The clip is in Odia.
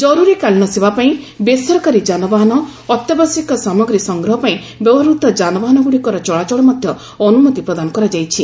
ଜରୁରୀକାଳୀନ ସେବା ପାଇଁ ବେସରକାରୀ ଯାନବାହାନ ଅତ୍ୟାବଶ୍ୟକ ସାମଗ୍ରୀ ସଂଗ୍ରହ ପାଇଁ ବ୍ୟବହୃତ ଯାନବାହାନଗୁ ଡ଼ିକର ଚଳାଚଳ ମଧ୍ୟ ଅନୁମତି ପ୍ରଦାନ କରାଯାଇଛି